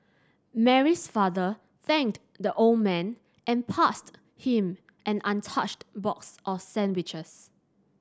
Mary's father thanked the old man and passed him an untouched box of sandwiches